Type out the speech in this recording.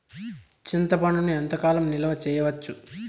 చింతపండును ఎంత కాలం నిలువ చేయవచ్చు?